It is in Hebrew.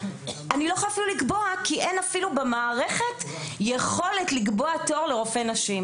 לא יכולתי לקבוע כי אין אפילו במערכת יכולת לקבוע תור לרופא נשים.